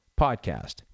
podcast